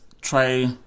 try